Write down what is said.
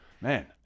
man